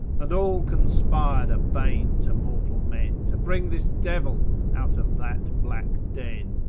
and all conspir'd a bane to mortal men, to bring this devil out of that black den.